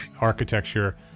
architecture